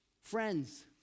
Friends